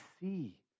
see